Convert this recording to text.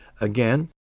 Again